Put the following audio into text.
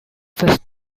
first